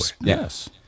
Yes